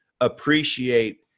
appreciate